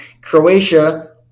Croatia